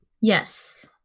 Yes